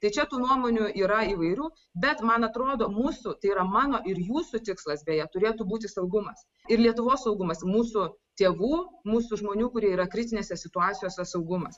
tai čia tų nuomonių yra įvairių bet man atrodo mūsų tai yra mano ir jūsų tikslas beje turėtų būti saugumas ir lietuvos saugumas mūsų tėvų mūsų žmonių kurie yra krizinėse situacijose saugumas